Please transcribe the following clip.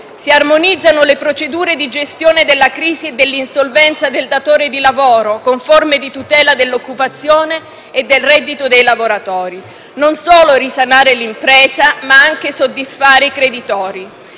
Si armonizzano le procedure di gestione della crisi e dell'insolvenza del datore di lavoro, con forme di tutela dell'occupazione e del reddito dei lavoratori. Occorre non solo risanare l'impresa, ma anche soddisfare i creditori.